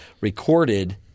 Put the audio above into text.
recorded